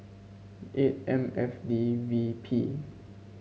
eight M F D V P